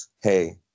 hey